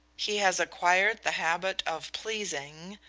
he has acquired the habit of pleasing,